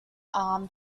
arm